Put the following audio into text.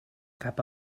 cap